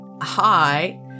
hi